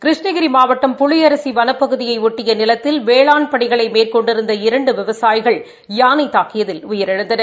கிருஷ்ணகிரி மாவட்டம் புளியரசி வனப்பகுதியையொட்டிய வேளாண் நிலத்தில் பணிகளை மேற்கொண்டிருந்த இரண்டு விவசாயிகள் யானை தாக்கியதில் உயிரிழந்தனர்